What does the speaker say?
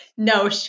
No